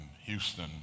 Houston